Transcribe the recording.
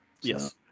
yes